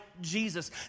Jesus